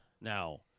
now